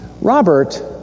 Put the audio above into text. Robert